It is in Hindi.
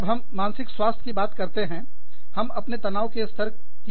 जब हम मानसिक स्वास्थ्य की बात करते हैं हम अपने तनाव के स्तर की बात कर रहे होते हैं